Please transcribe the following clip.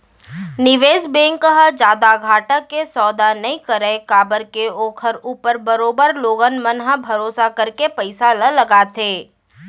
निवेस बेंक ह जादा घाटा के सौदा नई करय काबर के ओखर ऊपर बरोबर लोगन मन ह भरोसा करके पइसा ल लगाथे